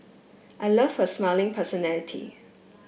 I loved her smiling personality